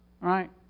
right